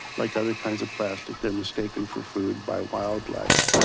like other kinds of plastic, they're mistaken for food by wildlife.